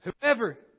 whoever